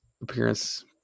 appearance